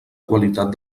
qualitat